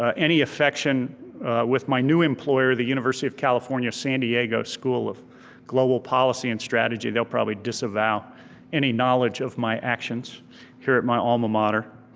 ah any affection with my new employer, the university of california, san diego, school of global policy and strategy. they'll probably disavow any knowledge of my actions here at my alma mater.